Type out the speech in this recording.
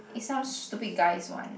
it's some stupid guy's one